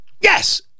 Yes